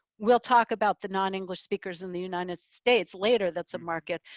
we'll talk about the non-english speakers in the united states later that's a market,